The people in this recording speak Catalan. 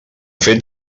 fet